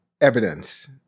evidence